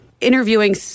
Interviewing